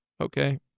okay